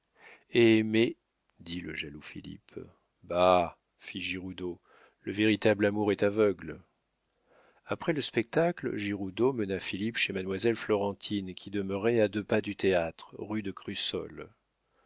dit le jaloux philippe bah fit giroudeau le véritable amour est aveugle après le spectacle giroudeau mena philippe chez mademoiselle florentine qui demeurait à deux pas du théâtre rue de crussol